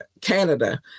Canada